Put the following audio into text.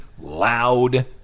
loud